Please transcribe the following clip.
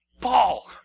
Paul